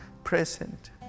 present